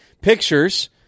pictures